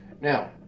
Now